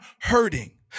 hurting